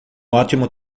ótimo